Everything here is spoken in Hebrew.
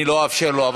אני לא אאפשר לו.